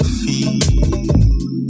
feel